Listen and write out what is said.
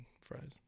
fries